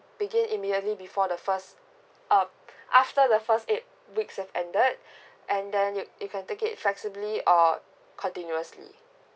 begin immediately before the first uh after the first eight weeks have ended and then you can take it flexibly or continuously